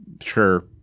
sure